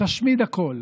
תשמיד הכול,